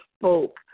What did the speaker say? spoke